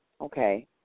Okay